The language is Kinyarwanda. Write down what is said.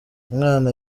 umwana